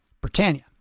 britannia